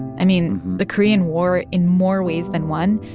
i mean, the korean war, in more ways than one,